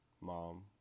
Mom